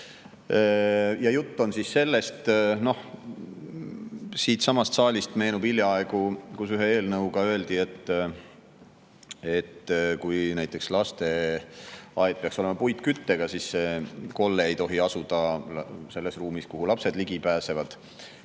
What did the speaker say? peaaegu kaitseta. Noh, siitsamast saalist meenub hiljaaegu, et ühes eelnõus öeldi, et kui lasteaed peaks olema puitküttega, siis kolle ei tohi asuda selles ruumis, kuhu lapsed ligi pääsevad,